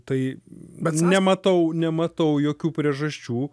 tai bet nematau nematau jokių priežasčių